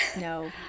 no